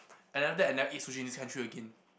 and after that I never eat this sushi in this country again